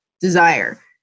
desire